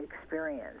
experience